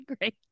great